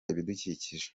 ibidukikije